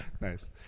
Nice